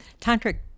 tantric